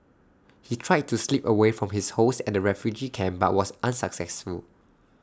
he tried to slip away from his hosts at the refugee camp but was unsuccessful